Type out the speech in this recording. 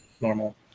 normal